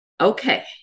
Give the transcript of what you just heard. Okay